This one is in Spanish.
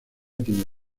tiene